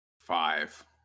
five